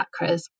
chakras